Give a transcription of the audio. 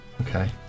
Okay